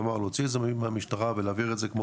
כלומר להוציא את זה מהמשטרה ולהעביר את זה כמו